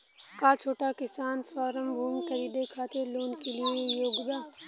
का छोटा किसान फारम भूमि खरीदे खातिर लोन के लिए योग्य बा?